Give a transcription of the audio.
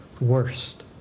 worst